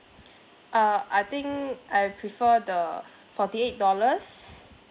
uh I think I prefer the forty eight dollars